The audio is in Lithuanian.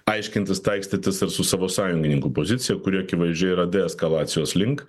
aiškintis taikstytis ir su savo sąjungininkų pozicija kuri akivaizdžiai yra deeskalacijos link